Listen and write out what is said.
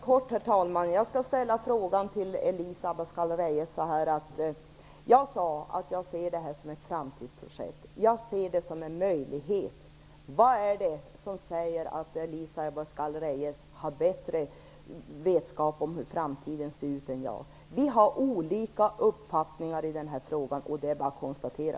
Herr talman! Jag vill ställa en fråga till Elisa Abascal Reyes. Jag sade att jag ser det här som ett framtidsprojekt. Jag ser det som en möjlighet. Vad är det som säger att Elisa Abascal Reyes har bättre vetskap än jag om hur framtiden ser ut? Vi har olika uppfattningar i den här frågan - det är bara att konstatera.